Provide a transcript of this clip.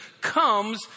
comes